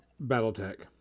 BattleTech